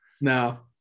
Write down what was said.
no